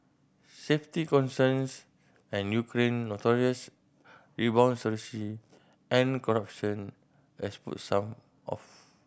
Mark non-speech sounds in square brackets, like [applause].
safety concerns and Ukraine notorious [unintelligible] and corruption has put some off